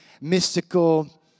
mystical